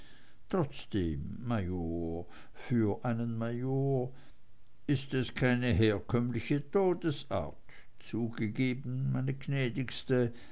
trotzdem major für einen major ist es keine herkömmliche todesart zugegeben meine